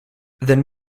then